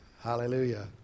Hallelujah